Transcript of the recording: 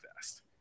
fast